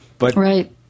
Right